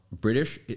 British